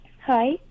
Hi